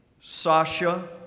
Sasha